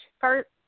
first